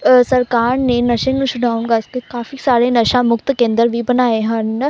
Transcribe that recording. ਸਰਕਾਰ ਨੇ ਨਸ਼ੇ ਨੂੰ ਛੁਡਾਉਣ ਵਾਸਤੇ ਕਾਫੀ ਸਾਰੇ ਨਸ਼ਾ ਮੁਕਤ ਕੇਂਦਰ ਵੀ ਬਣਾਏ ਹਨ